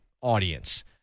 audience